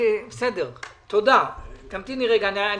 תמתיני רגע.